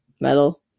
Metal